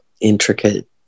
intricate